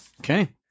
Okay